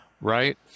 Right